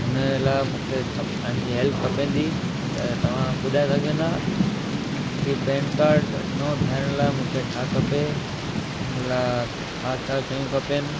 उन जे लाइ मूंखे खप तव्हांजी हैल्प खपंदी त तव्हां ॿुधाए सघंदा की पैन कार्ड नओ ठाहिराइण लाइ मूंखे छा खपे हुन लाइ छा छा शयूं खपनि